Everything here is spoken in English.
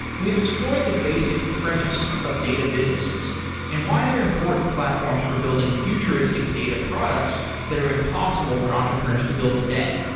we've explored the basic premise of data businesses and why they're important platforms for building futuristic data products that are impossible for entrepreneurs to build today.